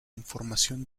información